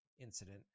incident